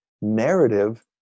narrative